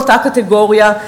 באותה קטגוריה,